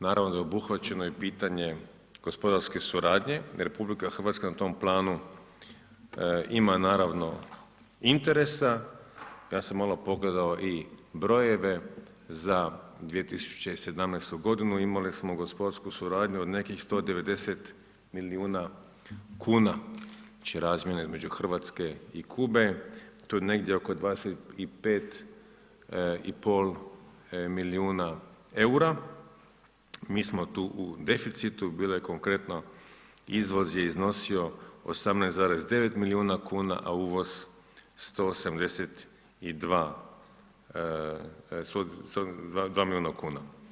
Naravno da je obuhvaćeno i pitanje gospodarske suradnje, jer Republika Hrvatska na tom planu ima naravno interesa, ja sam malo pogledao i brojeve za 2017. godinu, imali smo gospodarsku suradnju od nekih 190 milijuna kuna, znači razmijene između Hrvatske i Kube, tu negdje oko 25,5 milijuna EUR-a, mi smo tu u deficitu, bilo je konkretno, izvoz je iznosio 18,9 milijuna kuna, a uvoz 172 milijuna kuna.